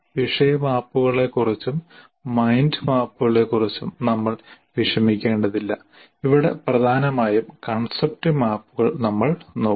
വിഷയ മാപ്പുകളെക്കുറിച്ചും മൈൻഡ് മാപ്പുകളെക്കുറിച്ചും നമ്മൾ വിഷമിക്കേണ്ടതില്ല ഇവിടെ പ്രധാനമായും കൺസെപ്റ്റ് മാപ്പുകൾ നമ്മൾ നോക്കും